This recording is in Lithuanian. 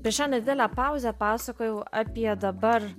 per šią nedidelę pauzę pasakojau apie dabar